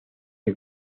que